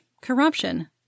corruption